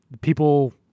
people